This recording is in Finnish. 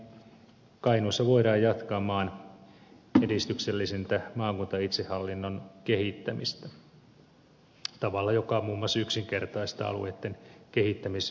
näin kainuussa voidaan jatkaa maan edistyksellisintä maakuntaitsehallinnon kehittämistä tavalla joka muun muassa yksinkertaistaa alueitten kehittämisrahoitusta